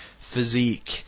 physique